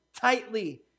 Tightly